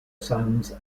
sons